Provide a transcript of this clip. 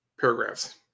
paragraphs